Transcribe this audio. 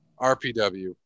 RPW